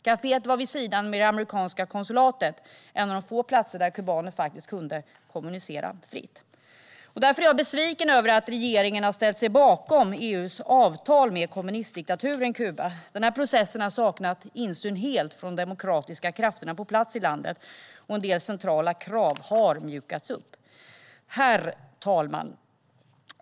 Kaféet var, vid sidan av det amerikanska konsulatet, en av få platser där kubaner kunde kommunicera fritt. Jag är därför besviken över att regeringen har ställt sig bakom EU:s avtal med kommunistdiktaturen Kuba. Processen har helt saknat insyn från demokratiska krafter på plats i landet, och en del centrala krav har mjukats upp. Herr talman!